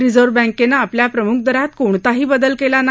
reserve बँकेनं आपल्या प्रमुख दरात कोणताही बदल केला नाही